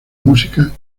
música